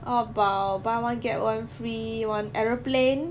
how about buy one get one free one aeroplane